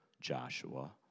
Joshua